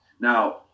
Now